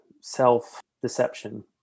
self-deception